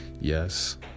Yes